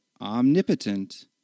omnipotent